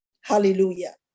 Hallelujah